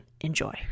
Enjoy